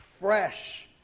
fresh